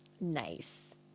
nice